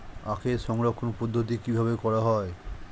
আখের সংরক্ষণ পদ্ধতি কিভাবে করা হয়?